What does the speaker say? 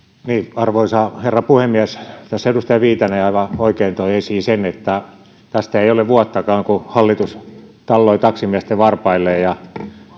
arvoisa herra puhemies tässä edustaja viitanen aivan oikein toi esiin sen että tästä ei ole vuottakaan kun hallitus talloi taksimiesten varpaille